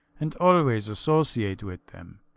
and always associate with them.